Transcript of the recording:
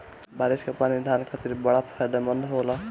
बारिस कअ पानी धान खातिर बड़ा फायदेमंद होला